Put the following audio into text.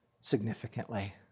significantly